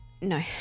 No